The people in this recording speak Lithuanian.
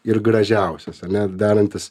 ir gražiausias ane darantis